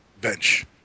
bench